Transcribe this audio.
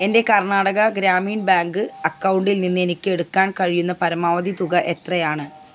എൻ്റെ കർണാടക ഗ്രാമീൺ ബാങ്ക് അക്കൗണ്ടിൽ നിന്ന് എനിക്ക് എടുക്കാൻ കഴിയുന്ന പരമാവധി തുക എത്രയാണ്